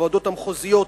הוועדות המחוזיות,